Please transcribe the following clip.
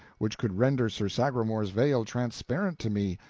which could render sir sagramor's veil transparent to me,